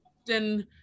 often